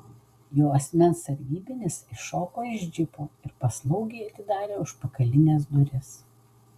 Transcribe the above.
jo asmens sargybinis iššoko iš džipo ir paslaugiai atidarė užpakalines duris